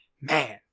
man